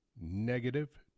Negative